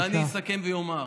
אני אסכם ואומר,